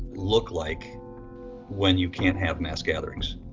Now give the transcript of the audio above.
look like when you can't have mass gatherings?